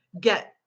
get